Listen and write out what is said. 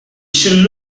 should